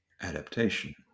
adaptation